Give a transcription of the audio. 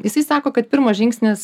jisai sako kad pirmas žingsnis